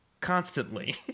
constantly